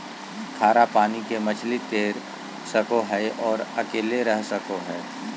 खारा पानी के मछली तैर सको हइ और अकेले रह सको हइ